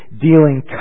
dealing